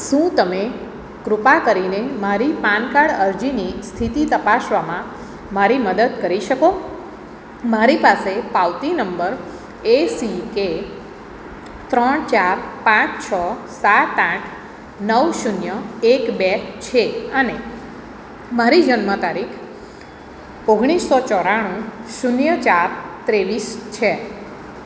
શું તમે કૃપા કરીને મારી પાનકાર્ડ અરજીની સ્થિતિ તપાસવામાં મારી મદદ કરી શકો મારી પાસે પાવતી નંબર એ સી કે ત્રણ ચાર પાંચ છ સાત આઠ નવ શૂન્ય એક બે છે અને મારી જન્મ તારીખ ઓગણીસો ચોરાણું શૂન્ય ચાર ત્રેવીસ છે